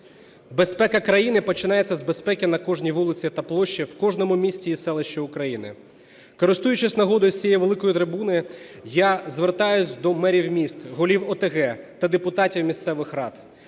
Безпека країни починається з безпеки на кожній вулиці та площі в кожному місті і селищі України. Користуючись нагодою, з цієї великої трибуни я звертаюсь до мерів міст, голів ОТГ та депутатів місцевих рад.